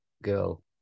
girl